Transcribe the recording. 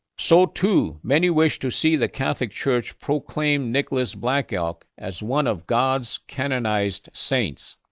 so too, many wish to see the catholic church proclaim nicholas black elk as one of god's canonized saints.